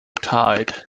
tide